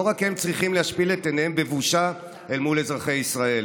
לא רק הם צריכים להשפיל את עיניהם בבושה אל מול אזרחי ישראל,